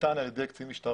ניתן על ידי קצין משטרה,